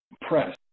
press